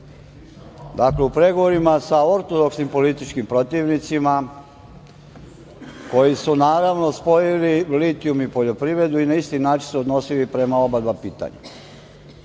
u pregovorima sa ortodoksnim političkim protivnicima, koji su, naravno, spojili litijum i poljoprivredu i na isti način se odnosili prema oba dva pitanja. Ja